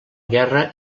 guerra